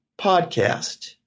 podcast